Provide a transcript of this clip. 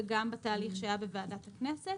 וגם בתהליך שהיה בוועדת הכנסת,